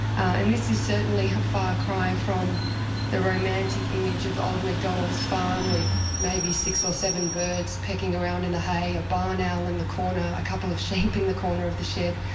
and this is certainly a far cry from the romantic image of old macdonald's farm, with maybe six or seven birds pecking around in the hay, a barn owl in the corner, a couple of sheep in the corner of the shed.